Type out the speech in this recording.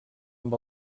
amb